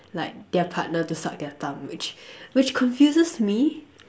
like their partner to suck their thumb which which confuses me